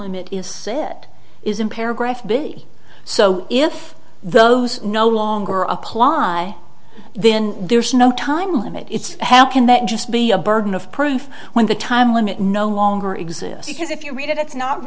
limit is it is in paragraph be so if those no longer apply then there's no time limit it's how can that just be a burden of proof when the time limit no longer exists because if you read it it's not